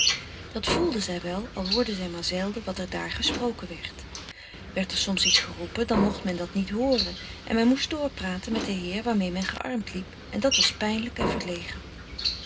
dat voelde zij wel al hoorde frederik van eeden van de koele meren des doods zij maar zelden wat er daar gesproken werd werd er soms iets geroepen dan mocht men dat niet hooren en men moest doorpraten met den heer waarmee men geärmd liep en dat was pijnlijk en verlegen